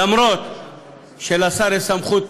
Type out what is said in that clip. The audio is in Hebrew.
אומנם לשר יש סמכות,